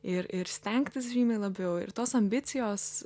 ir ir stengtis žymiai labiau ir tos ambicijos